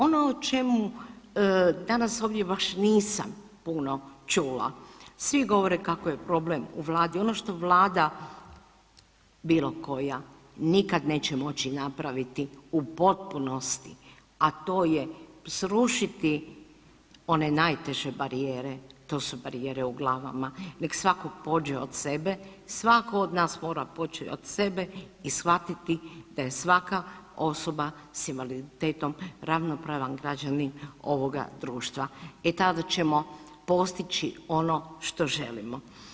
Ono o čemu danas ovdje baš nisam puno čula, svi govore kako je problem u vladi, ono što vlada bilo koja nikad neće moći napraviti u potpunosti, a to je srušiti one najteže barijere, to su barijere u glavama, nek svako pođe od sebe, svako od nas mora poći od sebe i shvatiti da je svaka osoba s invaliditetom ravnopravan građanin ovoga društva i tada ćemo postići ono što želimo.